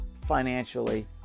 financially